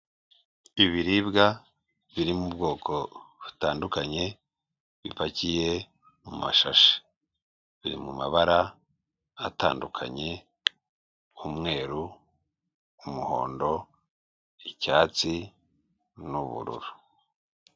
Ibiribwa biri mu bwoko butandukanye bipakiye mu mashashi biri mu mabara atandukanye nk'umweru, umuhondo, icyatsi n'ubururu.